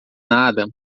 nada